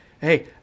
Hey